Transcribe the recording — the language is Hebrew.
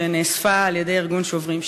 שנאספה על-ידי ארגון "שוברים שתיקה".